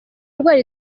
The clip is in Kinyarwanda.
ndwara